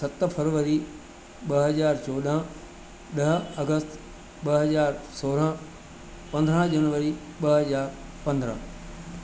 सत फरवरी ॿ हज़ार चोॾहं ॾह अगस्त ॿ हज़ार सोरहं पंद्रहं जून ॿ हज़ार पंद्रहं